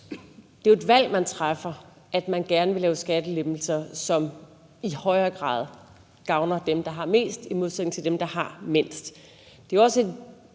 Det er jo et valg, man træffer, at man gerne vil lave skattelettelser, som i højere grad gavner dem, der har mest, i modsætning til dem, der har mindst. Det er jo også et